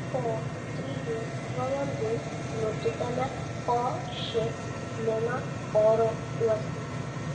po trijų valandų nutupiame ho ši mino oro uoste